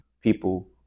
People